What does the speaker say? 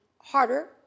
harder